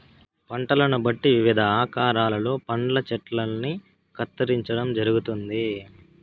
పంటలను బట్టి వివిధ ఆకారాలలో పండ్ల చెట్టల్ని కత్తిరించడం జరుగుతుంది